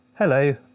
Hello